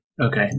Okay